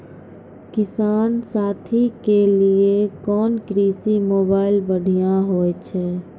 किसान साथी के लिए कोन कृषि मोबाइल बढ़िया होय छै?